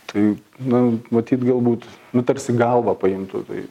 tai na matyt galbūt nu tarsi galvą paimtų tai